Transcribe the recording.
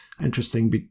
Interesting